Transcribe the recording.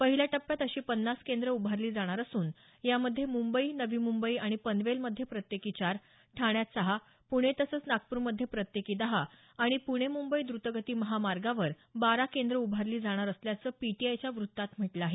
पहिल्या टप्प्यात अशी पन्नास केंद्र उभारली जाणार असून यामध्ये मुंबई नवी मुंबई आणि पनवेलमध्ये प्रत्येकी चार ठाण्यात सहा पुणे तसंच नागपूरमध्ये प्रत्येकी दहा आणि प्णे मुंबई द्रतगती महामार्गावर बारा केंद्र उभारली जाणार असल्याचं पीटीआयच्या वृत्तात म्हटलं आहे